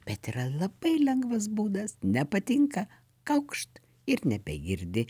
bet yra labai lengvas būdas nepatinka kaukšt ir nebegirdi